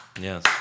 Yes